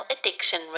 Addiction